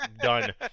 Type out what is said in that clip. Done